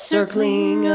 Circling